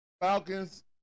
Falcons